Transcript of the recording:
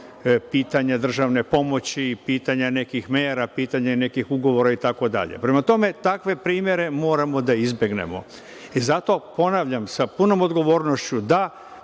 pitanja državne pomoći, pitanja nekih mera, pitanja nekih ugovora, itd. Prema tome, takve primere moramo da izbegnemo. Zato, ponavljam, sa punom odgovornošću da,